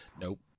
nope